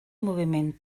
moviment